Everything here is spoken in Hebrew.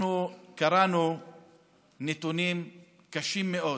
אנחנו קראנו נתונים קשים מאוד